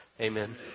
Amen